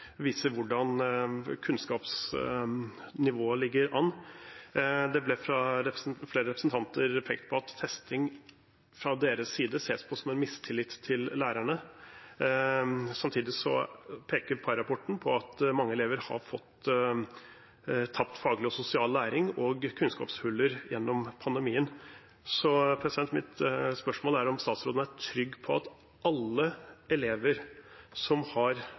mistillit til lærerne. Samtidig peker Parr-rapporten på at mange elever har fått tapt faglig og sosial læring og kunnskapshuller gjennom pandemien. Så mitt spørsmål er om statsråden er trygg på at alle elever som har